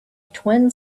twin